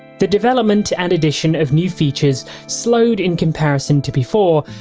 the development and addition of new features slowed in comparison to before,